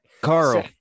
Carl